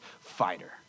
fighter